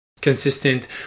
Consistent